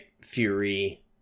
fury